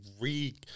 re